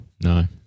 No